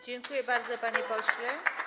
Dziękuję bardzo, panie pośle.